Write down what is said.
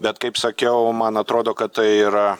bet kaip sakiau man atrodo kad tai yra